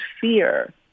fear